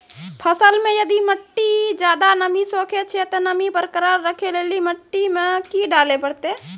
फसल मे यदि मिट्टी ज्यादा नमी सोखे छै ते नमी बरकरार रखे लेली मिट्टी मे की डाले परतै?